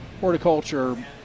horticulture